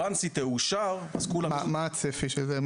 ברגע שהיא תאושר אז כולם --- מה הצפי של זה,